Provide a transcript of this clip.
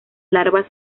larvas